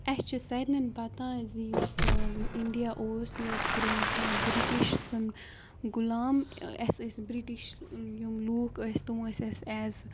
اَسہِ چھِ سارِنین پَتہ زِ یُس اِنڈیا اوس یہِ اوس برونٛٹھ بِرٛٹِش سُنٛد غُلام اَسہِ ٲسۍ بِرٛٹِش یِم لوٗکھ ٲسۍ تم ٲسۍ اَسہِ ایز